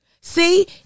See